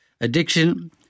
addiction